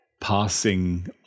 passing